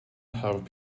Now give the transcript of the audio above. help